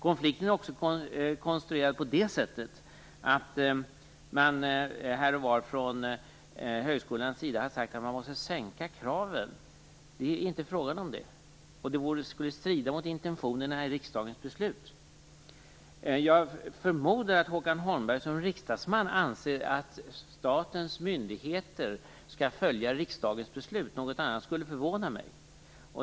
Konflikten är också konstruerad såtillvida att man här och var från högskolans sida har sagt att man måste sänka kraven. Det är inte fråga om det. Något sådant skulle strida mot intentionerna i riksdagens beslut. Jag förmodar att Håkan Holmberg som riksdagsman anser att statens myndigheter skall följa riksdagens beslut. Något annat skulle förvåna mig.